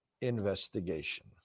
investigation